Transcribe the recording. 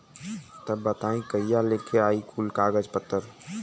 तब बताई कहिया लेके आई कुल कागज पतर?